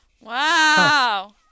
Wow